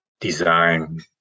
design